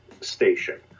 station